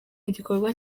igikorwa